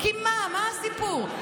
כי מה, מה הסיפור?